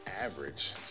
average